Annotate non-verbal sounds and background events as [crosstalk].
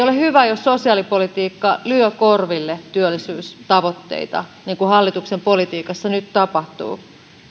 [unintelligible] ole hyvä jos sosiaalipolitiikka lyö korville työllisyystavoitteita niin kuin hallituksen politiikassa nyt tapahtuu